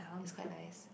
it's quite nice